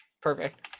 Perfect